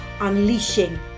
unleashing